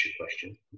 question